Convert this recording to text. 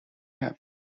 have